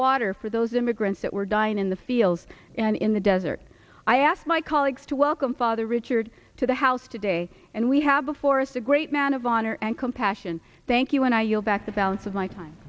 water for those immigrants that were dying in the fields and in the desert i asked my colleagues to welcome father richard to the house today and we have before us a great man of honor and compassion thank you and i